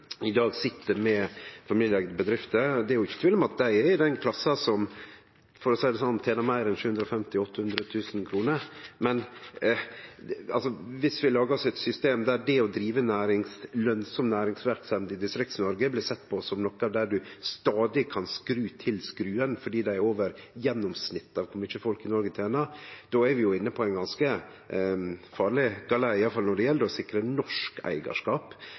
i dag sit med familieeigde bedrifter. Det er ikkje tvil om at dei er i den klassa som – for å seie det sånn – tener meir enn 750 000–800 000 kr. Men viss vi lagar oss eit system der det å drive lønsam næringsverksemd i Distrikts-Noreg blir sett på noko ein stadig kan skru til skruen for, fordi dei ligg over gjennomsnittet for det folk i Noreg tener, då er vi inne på ein ganske farleg galei, iallfall når det gjeld å sikre norsk eigarskap.